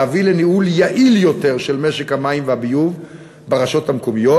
להביא לניהול יעיל יותר של משק המים והביוב ברשויות המקומיות,